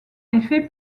effet